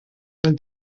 del